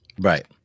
Right